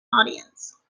audience